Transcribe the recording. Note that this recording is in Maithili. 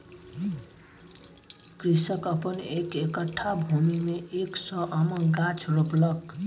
कृषक अपन एक कट्ठा भूमि में एक सौ आमक गाछ रोपलक